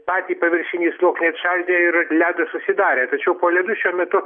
patį paviršinį sluoksnį atšaldė ir ledas susidarė tačiau po ledu šiuo metu